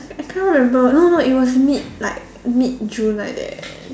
I can't remember no no it was mid like mid June like that